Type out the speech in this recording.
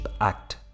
Act